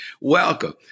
Welcome